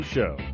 Show